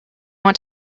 want